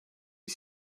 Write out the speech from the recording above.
you